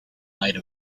made